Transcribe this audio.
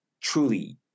Truly